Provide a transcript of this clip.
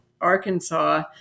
Arkansas